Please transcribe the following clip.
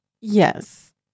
Yes